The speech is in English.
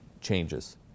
changes